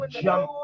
jump